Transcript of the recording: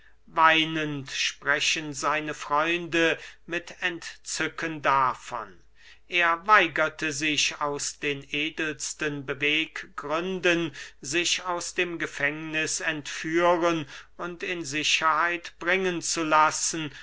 weinend sprechen seine freunde mit entzücken davon er weigerte sich aus den edelsten beweggründen sich aus dem gefängniß entführen und in sicherheit bringen zu lassen